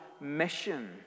mission